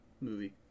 movie